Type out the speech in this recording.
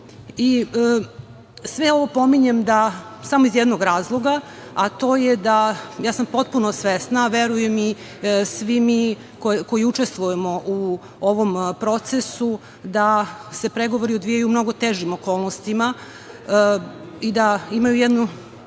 EU.Sve ovo pominjem samo iz jednog razloga, ja sam potpuno svesna, a verujem i svi mi koji učestvujemo u ovom procesu, da se pregovori odvijaju u mnogo težim okolnostima i da imaju jednu